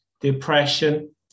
depression